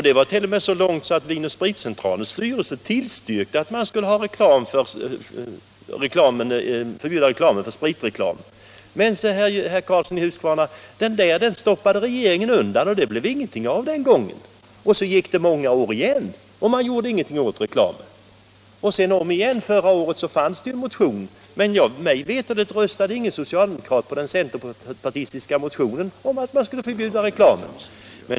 Det gick t.o.m. så långt att Vin & Spritcentralens styrelse tillstyrkte förbud mot spritreklam. Men, herr Karlsson i Huskvarna, den utredningen stoppade regeringen undan och det blev ingenting av den gången. Så gick det många år och man gjorde ingenting åt reklamen. Förra året fanns det återigen en motion, men mig veterligt röstade ingen socialdemokrat på den centerpartistiska motionen om förbud mot reklam.